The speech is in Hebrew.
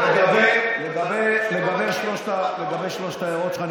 לגבי שלוש ההערות שלך,